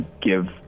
give